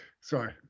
sorry